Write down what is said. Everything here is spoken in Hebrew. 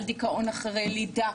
על דיכאון אחרי לידה,